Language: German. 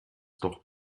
doch